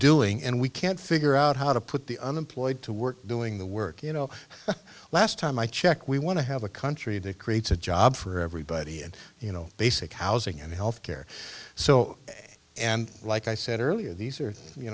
doing and we can't figure out how to put the unemployed to work doing the work you know last time i checked we want to have a country that creates a job for everybody and you know basic housing and health care so and like i said earlier these are you